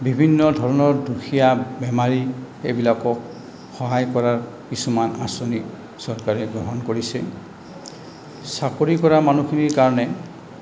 বিভিন্ন ধৰণৰ দুখীয়া বেমাৰী এইবিলাকক সহায় কৰাৰ কিছুমান আঁচনি চৰকাৰে গ্ৰহণ কৰিছে চাকৰি কৰা মানুহখিনিৰ কাৰণে